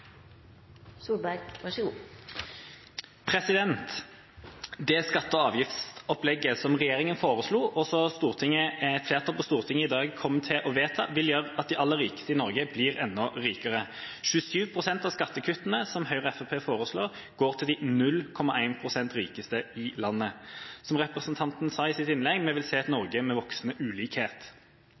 avgiftsopplegget som regjeringa foreslo, og som flertallet på Stortinget i dag kommer til å vedta, vil gjøre at de aller rikeste i Norge blir enda rikere. 27 pst. av skattekuttene som Høyre og Fremskrittspartiet foreslår, går til de under 0,1 pst. rikeste i landet. Som representanten sa i sitt innlegg, vil vi se et Norge med voksende ulikhet.